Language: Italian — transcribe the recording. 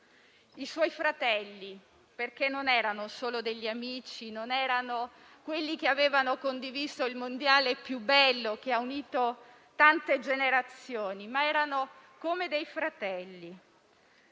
i suoi fratelli, perché non erano solo amici quelli che avevano condiviso il mondiale più bello che ha unito tante generazioni, ma erano come fratelli.